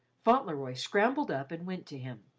fauntleroy scrambled up and went to him.